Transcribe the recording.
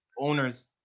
owners